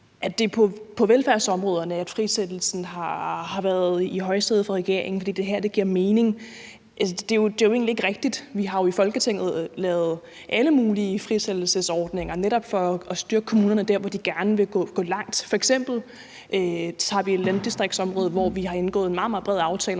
at det er på velfærdsområderne, at frisættelsen har været i højsædet for regeringen, fordi det er her, det giver mening. Det er jo egentlig ikke rigtigt. Vi har jo i Folketinget lavet alle mulige frisættelsesordninger netop for at styrke kommunerne der, hvor de gerne vil gå langt. F.eks. har vi landdistriktsområdet, hvor vi har indgået en meget, meget bred aftale om